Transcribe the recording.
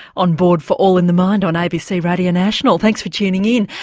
on board for all in the mind on abc radio national. thanks for tuning in.